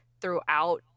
throughout